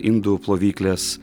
indų plovyklės